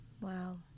Wow